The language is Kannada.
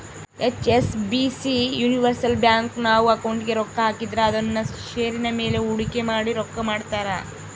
ಹೆಚ್.ಎಸ್.ಬಿ.ಸಿ ಯೂನಿವರ್ಸಲ್ ಬ್ಯಾಂಕು, ನಾವು ಅಕೌಂಟಿಗೆ ರೊಕ್ಕ ಹಾಕಿದ್ರ ಅದುನ್ನ ಷೇರಿನ ಮೇಲೆ ಹೂಡಿಕೆ ಮಾಡಿ ರೊಕ್ಕ ಮಾಡ್ತಾರ